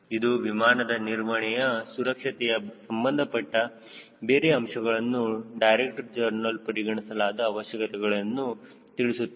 ಇದು ವಿಮಾನದ ನಿರ್ವಹಣೆಯ ಸುರಕ್ಷತೆಗೆ ಸಂಬಂಧಪಟ್ಟ ಬೇರೆ ಅಂಶಗಳನ್ನು ಡೈರೆಕ್ಟರ್ ಜನರಲ್ ಪರಿಗಣಿಸಲಾದ ಅವಶ್ಯಕತೆಗಳನ್ನುತಿಳಿಸುತ್ತದೆ